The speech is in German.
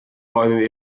bäume